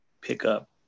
pickup